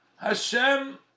Hashem